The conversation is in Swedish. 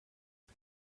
det